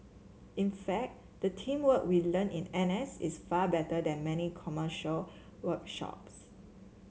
in fact the teamwork we learn in N S is far better than many commercial workshops